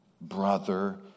brother